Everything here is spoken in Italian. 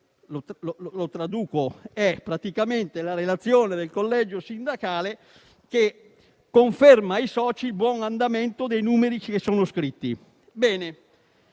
che in pratica è la relazione del collegio sindacale che conferma ai soci il buon andamento dei numeri che sono scritti. Non